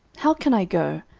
how can i go?